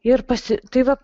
ir pasitai va